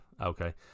Okay